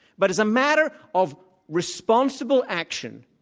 but as a matter of responsible action,